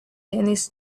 dennis